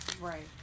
Right